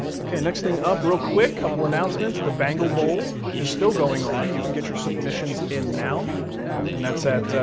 okay, next thing up real quick, couple announcements. the bangle bowl is still going on. you can get your submissions in now and that's at,